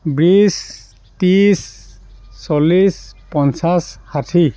বিছ ত্ৰিছ চল্লিছ পঞ্চাছ ষাঠি